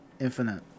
Infinite